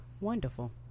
wonderful